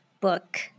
book